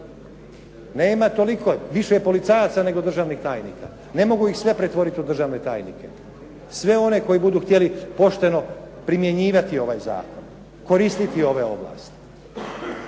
nema toliko. Više je policajaca nego državnih tajnika. Ne mogu ih sve pretvoriti u državne tajnike, sve one koji budu htjeli pošteno primjenjivati ovaj zakon, koristiti ove ovlasti.